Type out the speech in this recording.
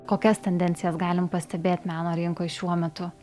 kokias tendencijas galim pastebėt meno rinkoj šiuo metu